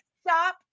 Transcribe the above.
stop